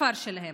בכפר שלהם.